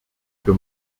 für